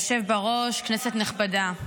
כנסת נכבדה,